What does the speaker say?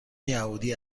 یهودی